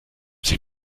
sich